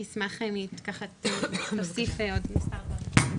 אני אשמח אם היא ככה תוסיף עוד מספר דברים.